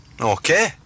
okay